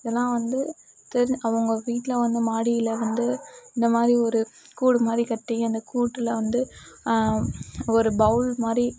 இதெல்லாம் வந்து தெரிஞ்சு அவங்க வீட்டில் வந்து மாடியில் வந்து இந்தமாதிரி ஒரு கூடு மாதிரிக்கட்டி அந்த கூட்டில் வந்து ஒரு பவுல் மாதிரி